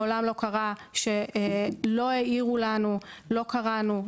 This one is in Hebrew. מעולם לא קרה שלא העירו לנו "לא קראנו",